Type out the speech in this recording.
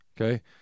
Okay